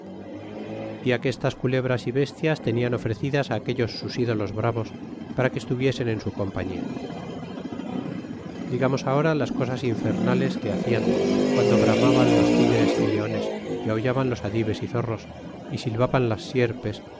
y agitestas culebras y bestias tenian ofrecidas aquellos sus ídolos bravos para que estuviesen en su compañia digamos ahora las cosas infernales que hacian guando bramaban los tigres y leones y ahuliaban los adives y zorros y silvaban las sierpes